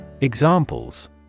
Examples